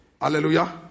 hallelujah